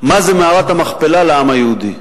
מה זה מערת המכפלה לעם היהודי.